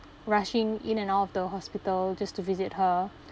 rushing in and out of the hospital just to visit her